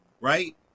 right